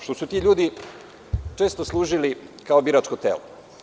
Što su ti ljudi često služili kao biračko telo.